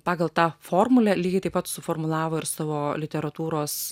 pagal tą formulę lygiai taip pat suformulavo ir savo literatūros